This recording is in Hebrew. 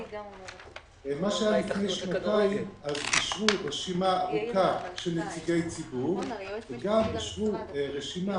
לפני שנתיים אישרו רשימה ארוכה של נציגי ציבור וגם אישרו רשימה,